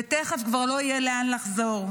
ותכף כבר לא יהיה לאן לחזור.